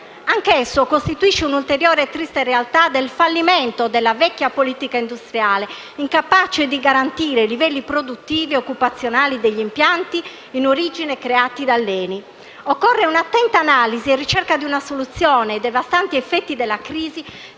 Anch'esso costituisce una ulteriore e triste realtà del fallimento della vecchia politica industriale, incapace di garantire i livelli produttivi ed occupazionali degli impianti in origine creati dall'ENI. Occorre un'attenta analisi e la ricerca di una soluzione ai devastanti effetti della crisi